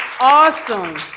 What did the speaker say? awesome